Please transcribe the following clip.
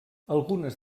algunes